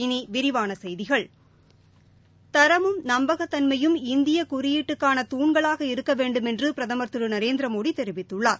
இனி விரிவான செய்திகள் தரமும் நம்பகத்தன்மையும் இந்திய குறியீட்டுக்கான துண்களாக இருக்க வேண்டுமென்று பிரதமா் திரு நரேந்திரமோடி தெரிவித்துள்ளார்